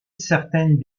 certaines